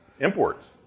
Imports